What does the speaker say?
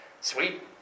Sweet